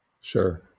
Sure